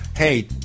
Hey